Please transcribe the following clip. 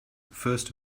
first